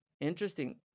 interesting